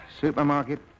supermarket